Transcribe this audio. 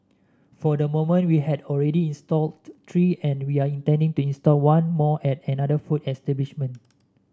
for the moment we have already installed three and we are intending to install one more at another food establishment